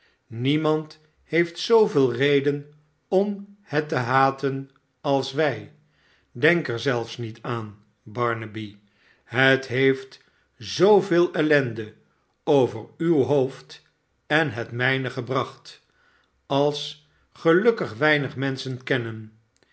niemand heeft zooveel reden om hette haten als wij denk er zelfs niet aan barnaby het heeft zooveel ellende over uw hoofd en het mijne gebracht als gelukkig weinig menschen kennen